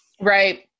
Right